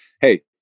Hey